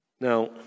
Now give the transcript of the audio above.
Now